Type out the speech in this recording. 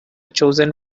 chosen